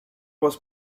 was